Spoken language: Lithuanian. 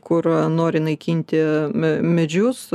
kur nori naikinti me medžius